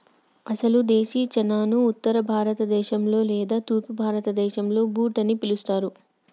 అసలు దేశీ చనాను ఉత్తర భారత దేశంలో లేదా తూర్పు భారతదేసంలో బూట్ అని పిలుస్తారు